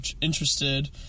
interested